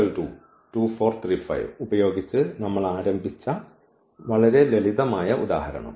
ഈ A ഉപയോഗിച്ച് നമ്മൾ ആരംഭിച്ച വളരെ ലളിതമായ ഉദാഹരണം